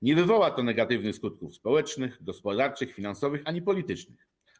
Nie wywoła to negatywnych skutków społecznych, gospodarczych, finansowych ani politycznych.